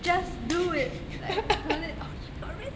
just do it like don't need orh she got